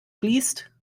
fließt